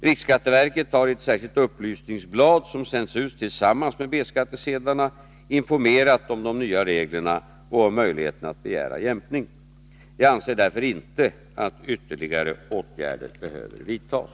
Riksskatteverket har i ett särskilt upplysningsblad som sänts ut tillsammans med B-skattsedlarna informerat om de nya reglerna och om möjligheten att begära jämkning. Jag anser därför inte att ytterligare åtgärder behöver vidtas.